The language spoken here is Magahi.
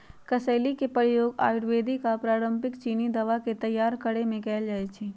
कसेली के प्रयोग आयुर्वेदिक आऽ पारंपरिक चीनी दवा के तइयार करेमे कएल जाइ छइ